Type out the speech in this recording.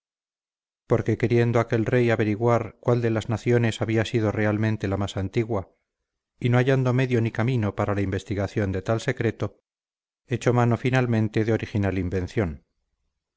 porque queriendo aquel rey averiguar cuál de las naciones había sido realmente la más antigua y no hallando medio ni camino para la investigación de tal secreto echó mano finalmente de original invención